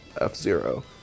F-Zero